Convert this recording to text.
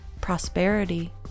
prosperity